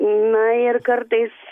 na ir kartais